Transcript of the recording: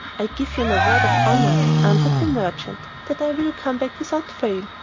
i give you my word of honour, answered the merchant, that i will come back without fail.